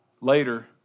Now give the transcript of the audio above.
later